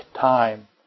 time